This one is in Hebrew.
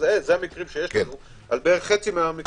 אלה המקרים שיש לנו על כמחצית מהמקרים.